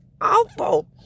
awful